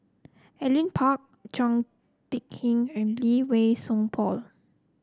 Alvin Pang Chao TicK Tin and Lee Wei Song Paul